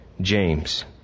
James